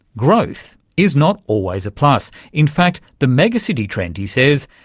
growth is not always a plus. in fact the megacity trend, he says,